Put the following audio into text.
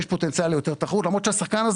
יש פוטנציאל ליותר תחרות למרות שהשחקן הזה